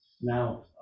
Now